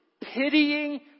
pitying